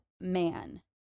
man